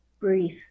Brief